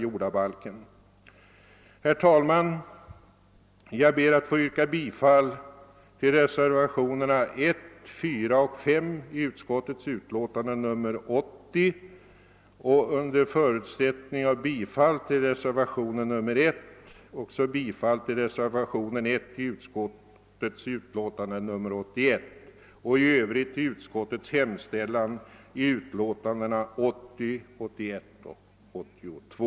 Jag ber att få yrka bifall till reservationerna I, IV och V i utskottets utlåtande nr 80 och, under förutsättning av bifall till reservationen I, också bifall till reservationen I i utskottets utlåtande nr 81 och i övrigt till utskottets hemställan i utlåtandena nr 80, 81 och 82.